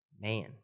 man